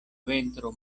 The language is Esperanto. ventro